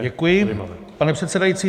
Děkuji, pane předsedající.